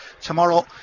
tomorrow